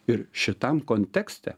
ir šitam kontekste